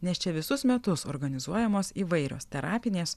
nes čia visus metus organizuojamos įvairios terapinės